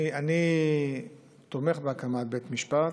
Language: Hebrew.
אני תומך בהקמת בית משפט.